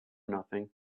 nothing